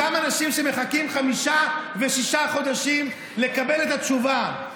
אותם אנשים שמחכים חמישה ושישה חודשים לקבל את התשובה.